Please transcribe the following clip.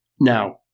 Now